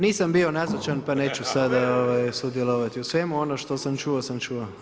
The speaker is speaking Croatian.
Nisam bio nazočan pa neću sada sudjelovati u svemu, ono što sam čuo, sam čuo.